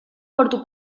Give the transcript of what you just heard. porto